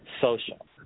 social